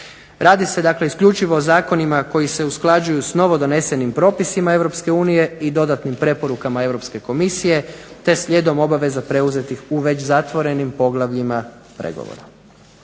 Radi se, dakle isključivo o zakonima koji se usklađuju sa novodonesenim propisima Europske unije i dodatnim preporukama Europske komisije, te slijedom obaveza preuzetih u već zatvorenim poglavljima pregovora.